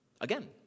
Again